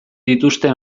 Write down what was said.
dituzte